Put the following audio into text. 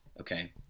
okay